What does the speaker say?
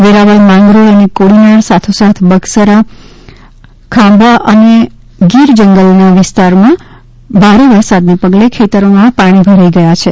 વેરાવળ માંગરોળ અને કોડીનાર સાથોસાથ બગસરા ખાંભા અને ગીર જંગલ ના વિસ્તાર માં ભારે વરસાદને પગલે ખેતરો માં પાણી ભરાઈ ગયા છે